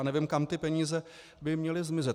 Nevím, kam by ty peníze měly zmizet.